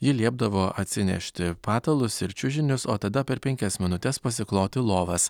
ji liepdavo atsinešti patalus ir čiužinius o tada per penkias minutes pasikloti lovas